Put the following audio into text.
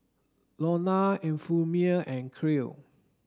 Lorna Euphemia and Kael